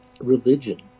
religion